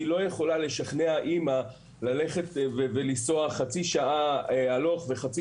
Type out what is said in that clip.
היא לא יכולה לשכנע אימא לנסוע חצי שעה הלוך וחצי